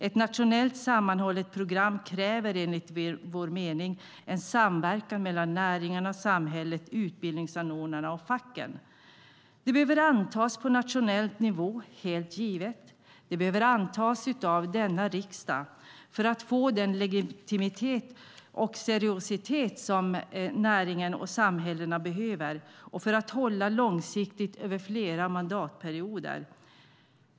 Ett nationellt sammanhållet program kräver enligt vår mening en samverkan mellan näringarna, samhället, utbildningsanordnare och facken. Det behöver antas på nationell nivå, helt givet. Det behöver antas av denna riksdag, för att få den legitimitet och seriositet som näringen och samhällena behöver och för att hålla långsiktigt över flera mandatperioder.